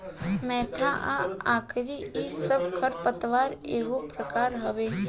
मोथा आ अकरी इ सब खर पतवार एगो प्रकार हवे